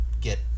get